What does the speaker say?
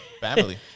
family